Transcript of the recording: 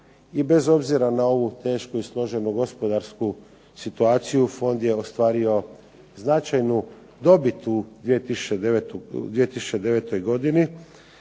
I bez obzira na ovu tešku i složenu gospodarsku situaciju fond je ostvario značajan dobit u 2009. godini.